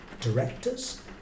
directors